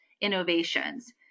innovations